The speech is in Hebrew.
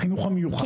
בחינוך המיוחד.